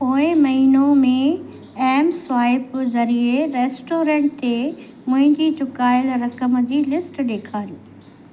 पोइ महीनो में एमस्वाइप ज़रिए रेस्टोरंट ते मुंहिंजी चुकायल रक़म जी लिस्ट ॾेखारियो